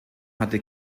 hatte